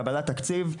קבלת תקציב,